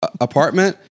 apartment